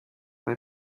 bei